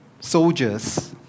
soldiers